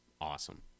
awesome